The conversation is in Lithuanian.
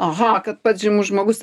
aha kad pats žymus žmogus